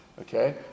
okay